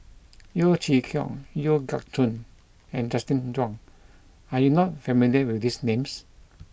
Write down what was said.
Yeo Chee Kiong Yeo Siak Goon and Justin Zhuang are you not familiar with these names